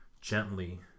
gently